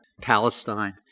Palestine